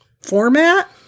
format